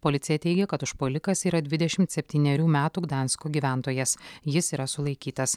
policija teigia kad užpuolikas yra dvidešimt septynerių metų gdansko gyventojas jis yra sulaikytas